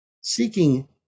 seeking